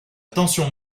tension